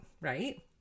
right